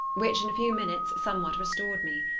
which in a few minutes somewhat restored me.